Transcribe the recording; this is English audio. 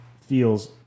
feels